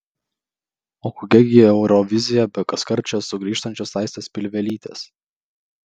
o kokia gi eurovizija be kaskart čia sugrįžtančios aistės pilvelytės